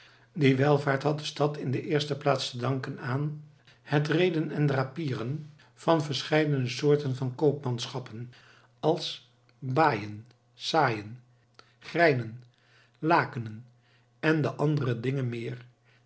die welvaart had de stad in de eerste plaats te danken aan het reeden en drapieren van verscheyden soorten van coopmanschappen als baeyen saeyen greynen laeckenen ende andere dinghen meer